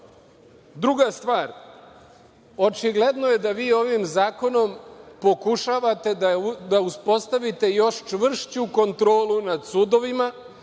stvar, očigledno je da vi ovim zakonom pokušavate da uspostavite još čvršću kontrolu nad sudovima